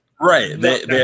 Right